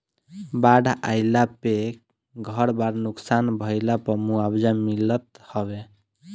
बाढ़ आईला पे घर बार नुकसान भइला पअ मुआवजा मिलत हवे